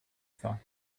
thought